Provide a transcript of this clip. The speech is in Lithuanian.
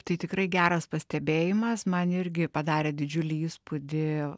tai tikrai geras pastebėjimas man irgi padarė didžiulį įspūdį